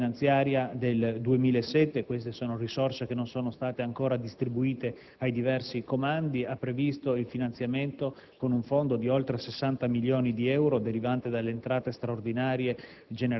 La finanziaria per il 2007 - queste sono risorse che non sono ancora state distribuite ai diversi comandi - ha previsto il finanziamento del settore con un fondo di oltre 60 milioni di euro, derivante dalle entrate straordinarie